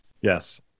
Yes